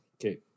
okay